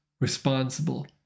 responsible